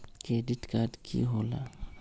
Credit card की होला?